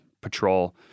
patrol